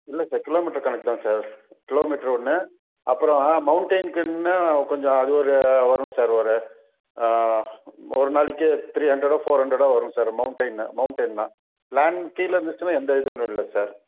இல்லை sir kilometre கணக்கு தான் சார் கிலோமீட்டர் ஒன்று அப்புறம் ஆ மௌண்டைன்க்குனு கொஞ்சம் அது ஒரு வரும் சார் ஒரு ஒரு நாளைக்கு த்ரீ ஹண்ட்ரடோ ஃபோர் ஹண்ட்ரடோ வரும் சார் மௌண்டைன்னு மௌண்டைன்னு பிளான் கீழே இருந்துச்சின்னால எந்த இதுவும் இல்லை சார்